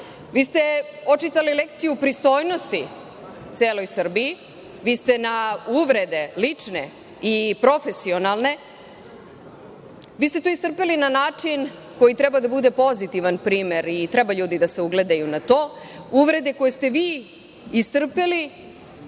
Vi ste očitali lekciju pristojnosti celoj Srbiji. Vi ste lične uvrede i profesionalne istrpeli na način koji treba da bude pozitivan primer i treba ljudi da se ugledaju na to. Uvrede koje ste istrpeli,